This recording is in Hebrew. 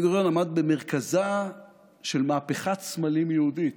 בן-גוריון עמד במרכזה של מהפכת סמלים יהודית: